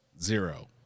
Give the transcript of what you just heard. Zero